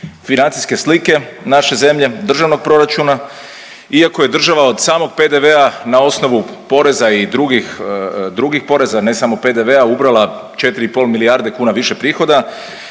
financijske slike naše zemlje, državnog proračuna iako je država od samog PDV-a na osnovu poreza i drugih poreza, ne samo PDV-a ubrala 4,5 milijarde kuna više prihoda